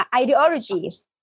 ideologies